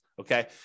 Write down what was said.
okay